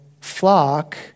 flock